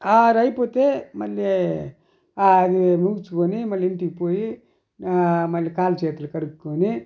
ఆరైపోతే మళ్ళీ అది ముగించుకుని మళ్ళీ ఇంటికి పోయి మళ్ళీ కాళ్లు చేతులు కడుక్కుని